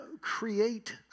create